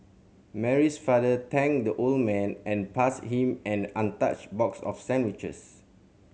Mary's father thanked the old man and passed him an untouched box of sandwiches